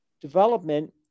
development